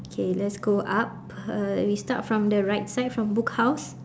K let's go up uh we start from the right side from book house